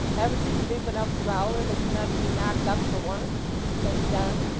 haven't you sleep enough, growler, that you're not to be knocked up for once said john.